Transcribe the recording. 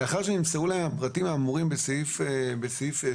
לאחר שנמסרו להם הפרטים האמורים בסעיף 13,